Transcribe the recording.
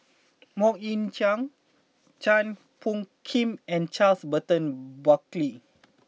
Mok Ying Jang Chua Phung Kim and Charles Burton Buckley